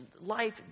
life